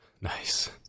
nice